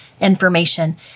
information